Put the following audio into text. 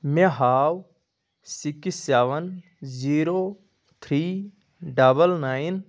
مےٚ ہاو six seven zero three double nine